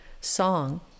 song